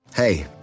Hey